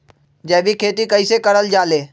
जैविक खेती कई से करल जाले?